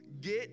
Get